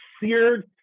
seared